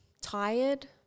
Tired